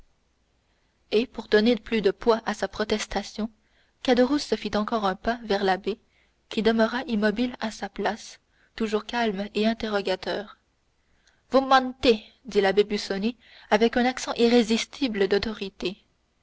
et pour donner plus de poids à sa protestation caderousse fit encore un pas vers l'abbé qui demeura immobile à sa place toujours calme et interrogateur vous mentez dit l'abbé busoni avec un accent d'irrésistible autorité